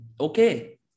Okay